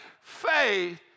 faith